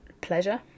pleasure